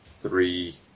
three